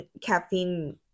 caffeine